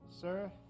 Sir